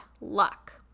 luck